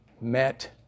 met